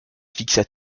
fixa